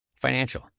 Financial